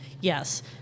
Yes